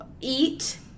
eat